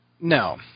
no